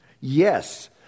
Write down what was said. Yes